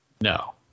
No